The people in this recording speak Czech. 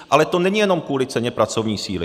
Ale to není jenom kvůli ceně pracovní síly.